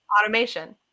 Automation